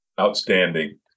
Outstanding